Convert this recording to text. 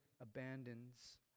abandons